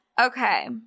okay